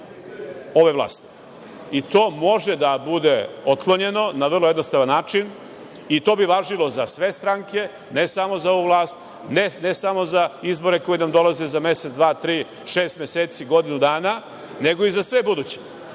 i to može da bude otklonjeno na vrlo jednostavan način i to bi važilo za sve stranke, ne samo za ovu vlast, ne samo za izbore koji nam dolaze za mesec, dva, tri, šest meseci, godinu dana, nego i za sve buduće. Ovakva